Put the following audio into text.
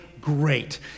great